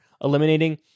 Eliminating